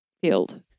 field